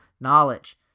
knowledge